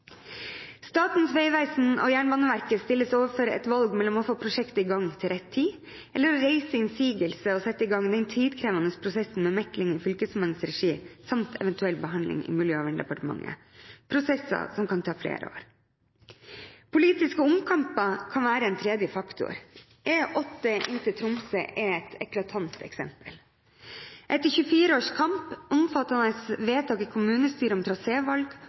Statens vegvesen og Jernbaneverket stilles overfor et valg mellom å få prosjektet i gang til rett tid og å reise innsigelse og sette i gang den tidkrevende prosessen med mekling i Fylkesmannens regi samt eventuell behandling i Miljøverndepartementet – prosesser som kan ta flere år. Politiske omkamper kan være en tredje faktor. E8 inn til Tromsø er et eklatant eksempel. Etter 24 års kamp, omfattende vedtak i kommunestyret om